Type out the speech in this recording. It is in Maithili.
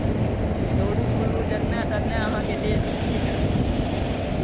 दौड़ू बुलू जतने ततने अहाँके देह ठीक रहत